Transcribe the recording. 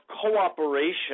cooperation –